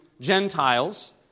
Gentiles